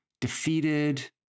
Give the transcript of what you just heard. defeated